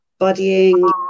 buddying